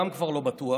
גם כבר לא בטוח,